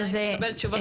מתי נקבל תשובות,